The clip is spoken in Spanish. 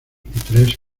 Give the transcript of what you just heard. tres